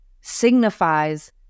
signifies